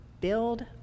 build